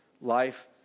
life